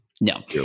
No